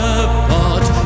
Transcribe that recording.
apart